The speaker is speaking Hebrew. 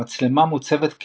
המצלמה מוצבת,